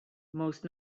most